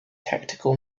tactical